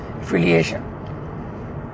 affiliation